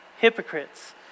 hypocrites